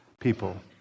people